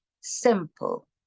simple